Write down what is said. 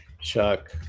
Chuck